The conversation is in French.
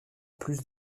plus